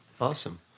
Awesome